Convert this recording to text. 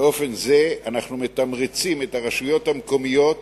באופן זה אנחנו מתמרצים את הרשויות המקומיות